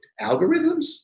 algorithms